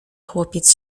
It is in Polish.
chłopiec